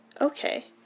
Okay